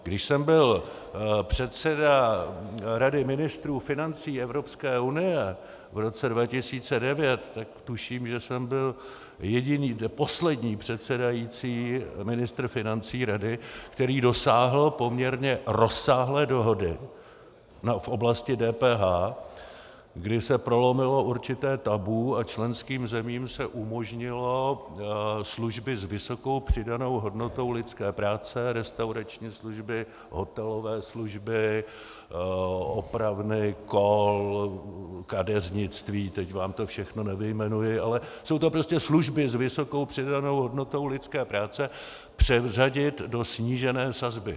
Když jsem byl předsedou Rady ministrů Evropské unie v roce 2009, tuším, že jsem byl jediný, či poslední předsedající ministr financí Rady, který dosáhl poměrně rozsáhlé dohody v oblasti DPH, kdy se prolomilo určité tabu a členským zemím se umožnilo služby s vysokou přidanou hodnotou lidské práce, restaurační služby, hotelové služby, opravny kol, kadeřnictví teď vám to všechno nevyjmenuji, ale jsou to prostě služby s vysokou přidanou hodnotou lidské práce, předřadit do snížené sazby.